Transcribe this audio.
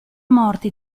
morte